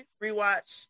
re-watch